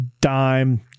dime